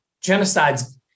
Genocide's